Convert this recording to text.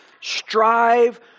Strive